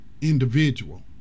individual